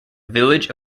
village